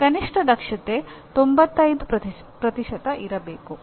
ಕನಿಷ್ಠ ದಕ್ಷತೆ 95 ಇರಬೇಕು